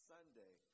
Sunday